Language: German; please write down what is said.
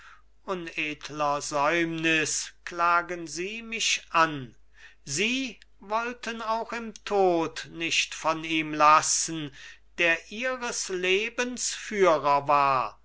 unedler säumnis klagen sie mich an sie wollten auch im tod nicht von ihm lassen der ihres lebens führer war